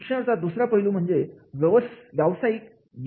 शिक्षणाचा दुसरा पैलू म्हणजे व्यवसायिक यश होय